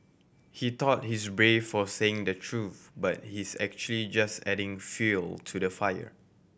he thought he's brave for saying the truth but he's actually just adding fuel to the fire